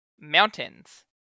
mountains